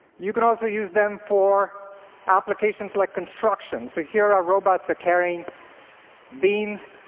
you can also use them for applications like construction. so here are robots carrying beams,